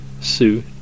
Sue